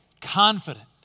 Confident